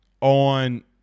on